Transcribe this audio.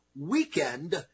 weekend